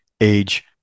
age